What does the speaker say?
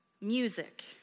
music